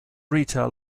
retail